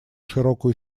широкую